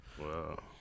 Wow